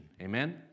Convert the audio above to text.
Amen